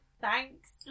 thanks